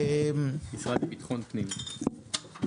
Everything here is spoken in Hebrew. המשרד לביטחון פנים.